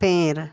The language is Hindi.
पेड़